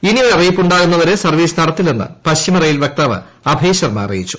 ഇനിയൊരറിയിപ്പ് ഉണ്ടാകുന്നതുവരെ സർവ്വീസ് നടത്തില്ലെന്ന് പശ്ചിമ റെയിൽ വക്താവ് ്അഭയ്ശർമ്മ അറിയിച്ചു